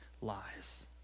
lies